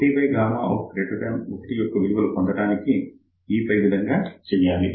1out 1 యొక్క విలువలు పొందడానికి ఈ పై విధంగా చేయాలి